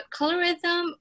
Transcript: colorism